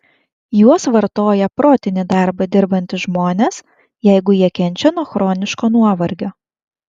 juos vartoja protinį darbą dirbantys žmonės jeigu jie kenčia nuo chroniško nuovargio